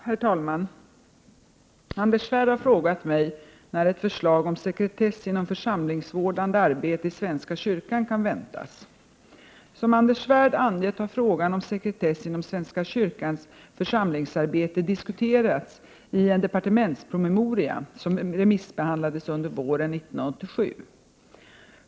Herr talman! Anders Svärd har frågat mig när ett förslag om sekretess inom församlingsvårdande arbete i svenska kyrkan kan väntas. Som Anders Svärd angett har frågan om sekretess inom svenska kyrkans församlingsarbete diskuterats i en departementspromemoria, som remissbehandlades under våren 1987.